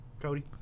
Cody